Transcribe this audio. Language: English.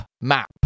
Map